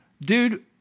Dude